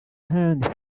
hand